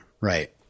right